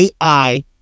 AI